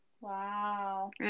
Wow